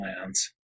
lands